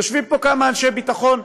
יושבים פה כמה אנשי ביטחון,